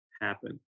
happen